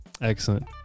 Excellent